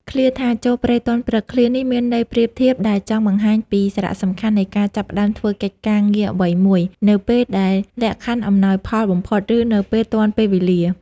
ឃ្លាថា ចូលព្រៃទាន់ព្រឹក ឃ្លានេះមានន័យប្រៀបធៀបដែលចង់បង្ហាញពី សារៈសំខាន់នៃការចាប់ផ្ដើមធ្វើកិច្ចការងារអ្វីមួយនៅពេលដែលលក្ខខណ្ឌអំណោយផលបំផុត ឬនៅពេលទាន់ពេលវេលា ។